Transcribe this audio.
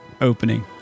opening